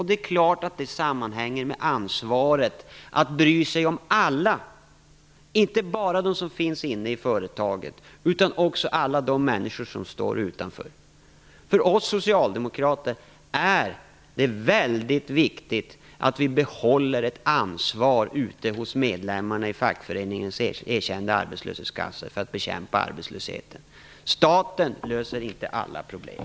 Det är klart att det sammanhänger med ansvaret att bry sig om alla, inte bara de som finns inne i företagen, utan också alla de människor som står utanför. För oss socialdemokrater är det väldigt viktigt att vi behåller ett ansvar ute hos medlemmarna i fackföreningarnas erkända arbetslöshetskassor för att bekämpa arbetslösheten. Staten löser inte alla problem.